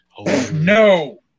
No